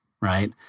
right